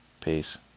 Peace